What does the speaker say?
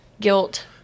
guilt